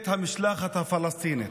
את המשלחת הפלסטינית.